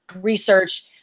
research